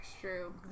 true